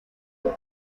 del